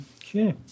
Okay